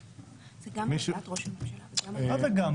זה גם הודעת ראש הממשלה וגם --- מה זה גם?